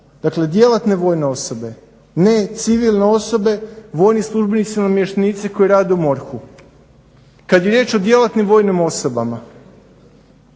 Dakle, djelatne vojne osobe, ne civilne osobe, vojni službenici i namještenici koji rade u MORH-u. Kad je riječ o djelatnim vojnim osobama,